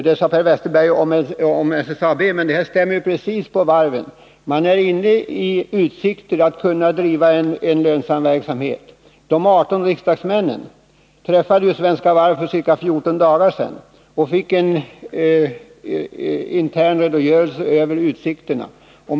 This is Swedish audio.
Detta sade Per Westerberg om SSAB, men det stämmer precis lika bra på varven. Man står nu inför utsikten att kunna driva en lönsam verksamhet. De 18 riksdagsmännen träffade företrädare för Svenska Varv för 14 dagar sedan och fick en intern redogörelse för utsikterna.